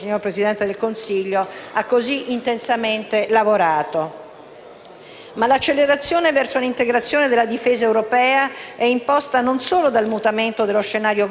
l'accelerazione verso l'integrazione della difesa europea è imposta non solo dal mutamento dello scenario globale, ma anche dalla constatazione che la Germania, per parte sua